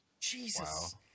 Jesus